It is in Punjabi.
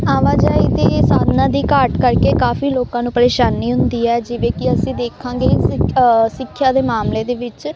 ਆਵਾਜਾਈ ਦੇ ਸਾਧਨਾਂ ਦੀ ਘਾਟ ਕਰਕੇ ਕਾਫ਼ੀ ਲੋਕਾਂ ਨੂੰ ਪਰੇਸ਼ਾਨੀ ਹੁੰਦੀ ਹੈ ਜਿਵੇਂ ਕਿ ਅਸੀਂ ਦੇਖਾਂਗੇ ਸਿੱਖਿਆ ਸਿੱਖਿਆ ਦੇ ਮਾਮਲੇ ਦੇ ਵਿੱਚ